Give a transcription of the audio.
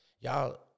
Y'all